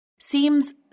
seems